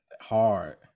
Hard